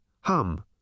Hum